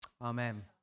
Amen